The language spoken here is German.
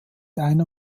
einer